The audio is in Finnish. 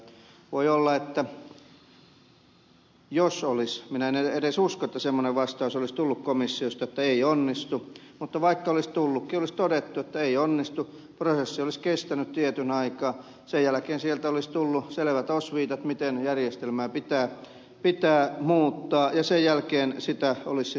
minä en edes usko että semmoinen vastaus olisi tullut komissiosta että ei onnistu mutta vaikka olisi tullutkin olisi todettu että ei onnistu prosessi olisi kestänyt tietyn aikaa sen jälkeen sieltä olisi tullut selvät osviitat miten järjestelmää pitää muuttaa ja sen jälkeen sitä olisi sitten muutettu